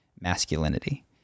masculinity